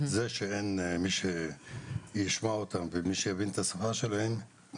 זה שאין מי שישמע אותם ומי שיבין את השפה שלהם.